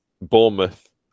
Bournemouth